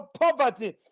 poverty